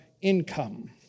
income